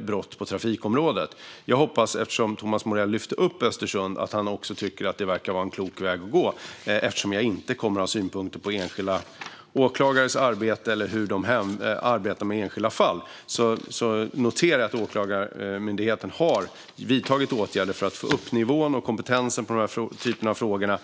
brott på trafikområdet. Jag hoppas att Thomas Morell, eftersom han lyfte upp Östersund, också tycker att det verkar vara en klok väg att gå. Jag kommer inte att ha synpunkter på enskilda åklagares arbete eller hur de arbetar med enskilda fall, men jag noterar ändå att Åklagarmyndigheten har vidtagit åtgärder för att få upp nivån och kompetensen i denna typ av frågor.